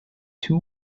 two